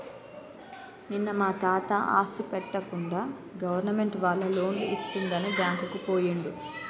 నిన్న మా తాత ఆస్తి పెట్టకుండా గవర్నమెంట్ వాళ్ళు లోన్లు ఇస్తుందని బ్యాంకుకు పోయిండు